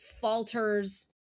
falters